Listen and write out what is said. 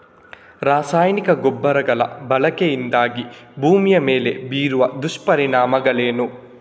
ರಾಸಾಯನಿಕ ಗೊಬ್ಬರಗಳ ಬಳಕೆಯಿಂದಾಗಿ ಭೂಮಿಯ ಮೇಲೆ ಬೀರುವ ದುಷ್ಪರಿಣಾಮಗಳೇನು?